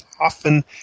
often